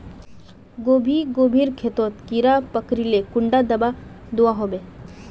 गोभी गोभिर खेतोत कीड़ा पकरिले कुंडा दाबा दुआहोबे?